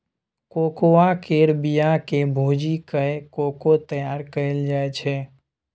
cocoa केर बिया केँ भूजि कय कोको तैयार कएल जाइ छै